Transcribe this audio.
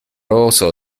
also